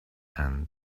and